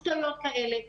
נעשו כבר טעויות כאלה,